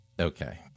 Okay